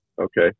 okay